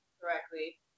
correctly